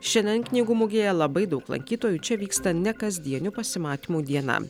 šiandien knygų mugėje labai daug lankytojų čia vyksta nekasdienių pasimatymų diena